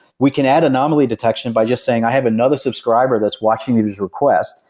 we can add anomaly detection by just saying i have another subscriber that's watching these requests.